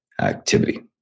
activity